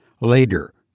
Later